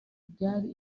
byari